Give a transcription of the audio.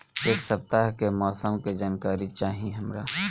एक सपताह के मौसम के जनाकरी चाही हमरा